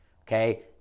okay